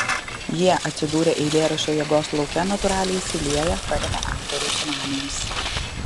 jie atsidūrę eilėraščio jėgos lauke natūraliai įsilieja paremia autoriaus sumanymus